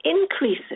increases